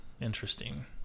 interesting